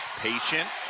patient.